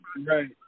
Right